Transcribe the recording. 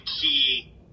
key